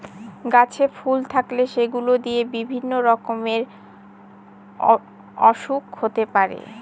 গাছে ফুল থাকলে সেগুলো দিয়ে বিভিন্ন রকমের ওসুখ হতে পারে